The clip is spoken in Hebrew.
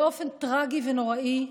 באופן טרגי ונוראי,